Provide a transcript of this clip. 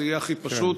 זה יהיה הכי פשוט,